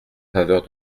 faveur